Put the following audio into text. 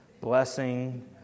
blessing